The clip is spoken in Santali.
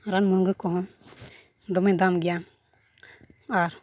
ᱨᱟᱱ ᱢᱩᱨᱜᱟᱹᱱ ᱠᱚᱦᱚᱸ ᱫᱚᱢᱮ ᱫᱟᱢ ᱜᱮᱭᱟ ᱟᱨ